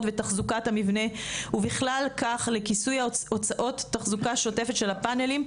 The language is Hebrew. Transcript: ותחזוקת המבנה ובכלל כך לכיסוי הוצאות תחזוקה שוטפת של הפנלים,